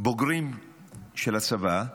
בוגרים של הצבא,